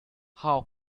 how